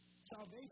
Salvation